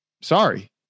Sorry